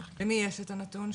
למי יש את הנתון?